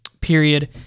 period